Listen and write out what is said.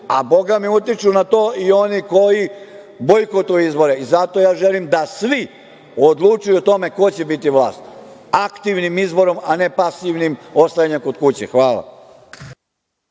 a bogami utiču na to i oni koji bojkotuju izbore. Zato ja želim da svi odlučuju o tome ko će biti vlast, aktivnim izborom, a ne pasivnim ostajanjem kod kuće. Hvala